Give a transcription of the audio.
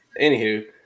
anywho